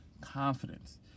confidence